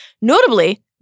Notably